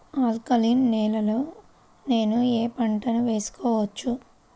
Alkaline నేలలో నేనూ ఏ పంటను వేసుకోవచ్చు?